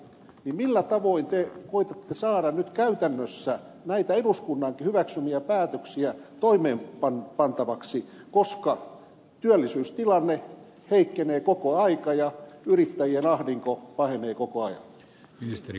millä tavoin te koetatte saada nyt käytännössä näitä eduskunnankin hyväksymiä päätöksiä toimeenpantavaksi koska työllisyystilanne heikkenee koko ajan ja yrittäjien ahdinko pahenee koko ajan